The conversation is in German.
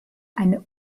eine